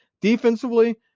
Defensively